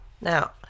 Now